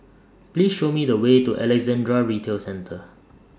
Please Show Me The Way to Alexandra Retail Centre